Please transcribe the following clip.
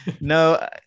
no